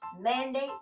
mandate